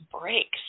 breaks